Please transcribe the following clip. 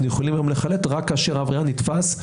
יכולים היום לחלט רק כאשר העבריין נתפס,